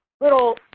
little